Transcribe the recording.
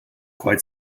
quite